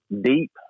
Deep